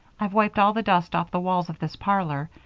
i've wiped all the dust off the walls of this parlor.